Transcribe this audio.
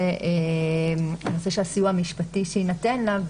הוא הסיוע שהמשפטי שיינתן לה.